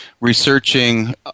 researching